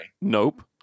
Nope